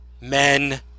Men